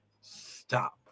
stop